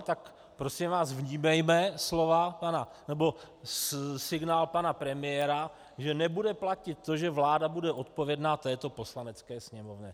Tak prosím vás, vnímejme slova nebo signál pana premiéra, že nebude platit to, že vláda bude odpovědna této Poslanecké sněmovně.